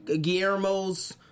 Guillermo's